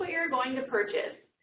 ah you're going to purchase.